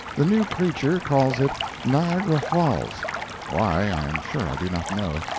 the new creature calls it niagara falls why, i am sure i do not know.